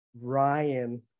Ryan